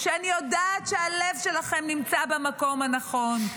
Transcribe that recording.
אני יודעת שהלב שלכן נמצא במקום הנכון,